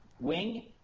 Wing